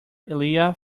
elijah